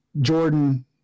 Jordan